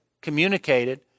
communicated